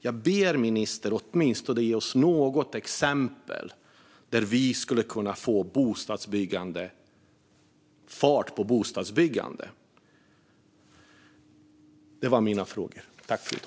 Jag ber ministern att ge oss åtminstone något exempel på hur det skulle kunna bli fart på bostadsbyggandet.